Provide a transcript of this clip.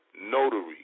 notary